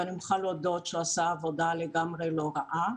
ואני מוכרחה להודות שהוא עשה עבודה לגמרי לא רעה.